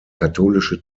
katholische